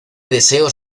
deseos